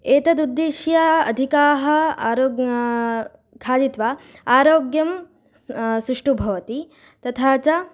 एतदुद्दिश्य अधिकम् आरोग्यं खादित्वा आरोग्यं सः सुष्ठु भवति तथा च